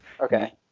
okay